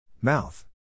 Mouth